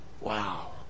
Wow